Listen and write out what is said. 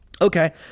Okay